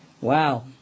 Wow